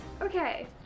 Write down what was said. Okay